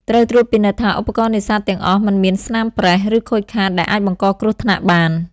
ត្រូវត្រួតពិនិត្យថាឧបករណ៍នេសាទទាំងអស់ មិនមានស្នាមប្រេះ ឬខូចខាតដែលអាចបង្កគ្រោះថ្នាក់បាន។